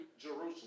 Jerusalem